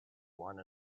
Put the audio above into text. one